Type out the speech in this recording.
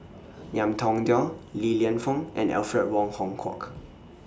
Ngiam Tong Dow Li Lienfung and Alfred Wong Hong Kwok